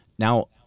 Now